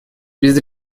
без